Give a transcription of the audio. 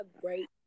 great